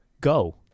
go